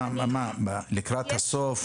לקראת הסוף?